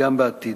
גם בעתיד.